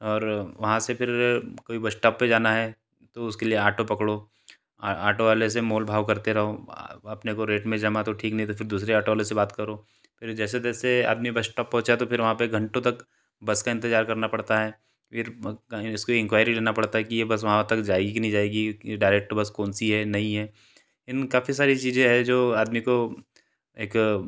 और वहाँ से फिर कोई बस टाॅप पर जाना है तो उसके लिए आटो पकड़ो आटो वाले से मोल भाव करते रहो अपने को रेट में जमा तो ठीक नहीं तो फिर दूसरे आटो वाले से बात करो फिर जैसे तैसे आदमी बस टाॅप पहुँचा तो फिर वहाँ पर घंटों तक बस का इंतजार करना पड़ता है फिर कहीं इसकी इंक्वायरी करना पड़ता है कि यह बस वहाँ तक जाएगी कि नई जाएगी या डायरेक्ट बस कौन सी है नहीं है इन काफ़ी सारी चीज़ें है जो आदमी को एक